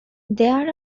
there